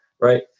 right